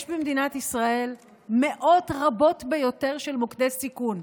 יש במדינת ישראל מאות רבות ביותר של מוקדי סיכון,